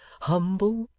humble,